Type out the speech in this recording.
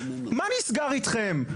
מה נסגר אתכם?